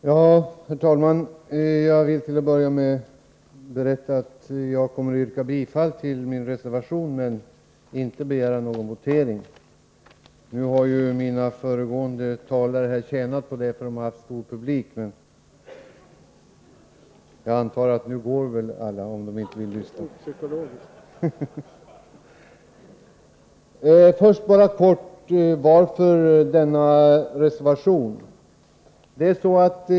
Herr talman! Jag vill till att börja med berätta att jag kommer att yrka bifall till min reservation men inte begära någon votering. Föregående talare har ju tjänat på det, för de har haft stor publik, men nu går väl alla om de inte vill lyssna. Först helt kort om varför jag har denna reservation.